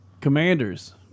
Commanders